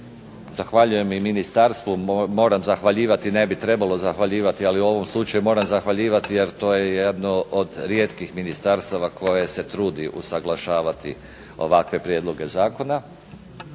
Zahvaljujem i ministarstvu, moram zahvaljivati, ne bi trebalo zahvaljivati ali u ovom slučaju moram zahvaljivati jer to je jedno od rijetkih ministarstava koje se trudi usaglašavati ovakve prijedloge zakona.